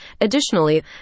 Additionally